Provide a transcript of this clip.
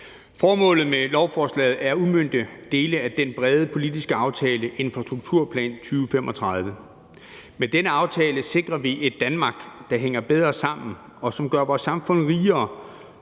Formålet med lovforslaget er at udmønte dele af den brede politiske aftale Infrastrukturplan 2035. Med denne aftale sikrer vi et Danmark, der hænger bedre sammen, og som gør vores samfund rigere,